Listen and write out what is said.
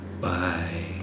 Bye